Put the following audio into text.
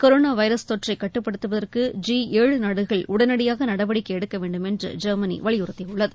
corona virus தொற்றை கட்டுப்படுத்துவதற்கு G ஏழு நாடுகள் உடனடியாக நடவடிக்கை எடுக்க வேண்டும் என்று ஜெர்மனி வலியுறுத்தியுள்ளது